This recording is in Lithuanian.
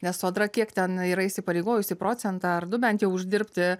nes sodra kiek ten yra įsipareigojusi procentą ar du bent jau uždirbti